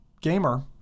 gamer